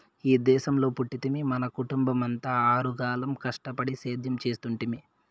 ఈ దేశంలో పుట్టితిమి మన కుటుంబమంతా ఆరుగాలం కష్టపడి సేద్యం చేస్తుంటిమి